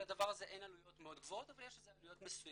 לדבר הזה אין עלויות מאוד גבוהות אבל יש לזה עלויות מסוימות